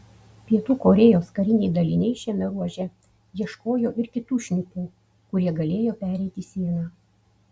pietų korėjos kariniai daliniai šiame ruože ieškojo ir kitų šnipų kurie galėjo pereiti sieną